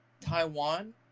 taiwan